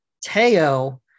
Teo